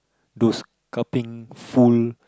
those cupping full